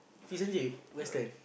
isn't she western